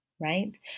right